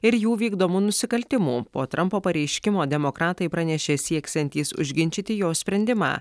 ir jų vykdomų nusikaltimų po trampo pareiškimo demokratai pranešė sieksiantys užginčyti jo sprendimą